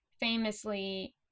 Famously